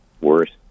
worse